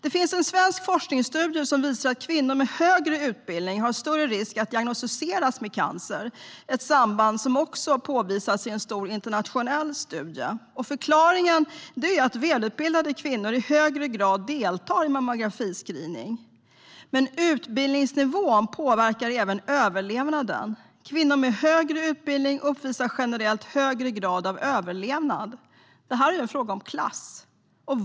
En svensk forskningsstudie visar att kvinnor med högre utbildning löper större risk att diagnostiseras med cancer. Det är ett samband som också har påvisats i en stor internationell studie. Förklaringen är att välutbildade kvinnor i högre grad deltar i mammografiscreening. Men utbildningsnivån påverkar även överlevnaden. Kvinnor med högre utbildning uppvisar generellt högre grad av överlevnad. Det här är en fråga om klass.